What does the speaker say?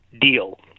deal